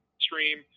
stream